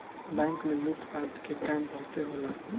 bank में लूट पाट के काम बहुते होला